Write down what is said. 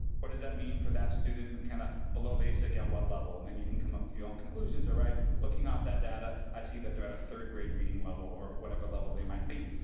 what does that mean for that student, and kind of below basic at what level, and then you can come up with your own conclusions, alright, looking off that data, i see that they're at a third grade reading level, or whatever level they might be.